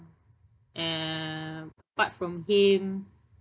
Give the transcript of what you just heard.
um apart from him